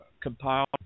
compiled